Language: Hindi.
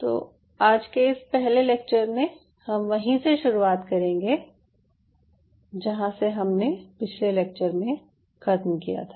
तो आज के इस पहले लेक्चर में हम वहीं से शुरुआत करेंगे जहाँ से हमने पिछले लेक्चर में ख़त्म किया था